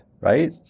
right